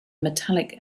metallic